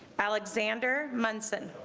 alexander munson